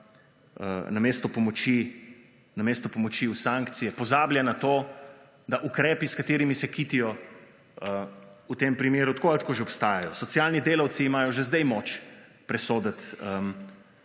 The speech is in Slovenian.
namesto pomoči v sankcije, pozablja na to, da ukrepi s katerimi se kitijo, v tem primeru tako ali tako že obstajajo. Socialni delavci imajo že zdaj moč presoditi